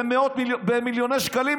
במיליוני שקלים?